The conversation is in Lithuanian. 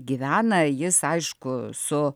gyvena jis aišku su